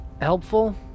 Helpful